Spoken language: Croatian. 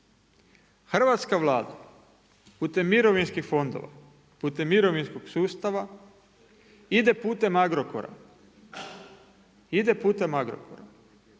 Hrvatska Vlada putem mirovinskih fondova, putem mirovinskog sustava ide putem Agrokora.